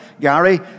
Gary